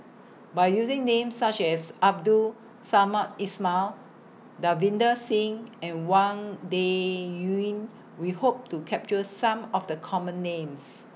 By using Names such as Abdul Samad Ismail Davinder Singh and Wang Dayuan We Hope to capture Some of The Common Names